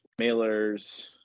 Mailers